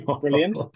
Brilliant